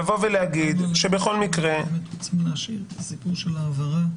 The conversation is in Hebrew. לומר שבכל מקרה- -- המצב של העברה למלונית,